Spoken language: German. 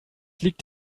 liegt